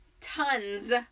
tons